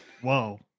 Whoa